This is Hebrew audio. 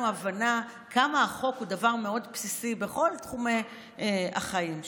הבנה כמה החוק הוא דבר מאוד בסיסי בכל תחומי החיים שלנו.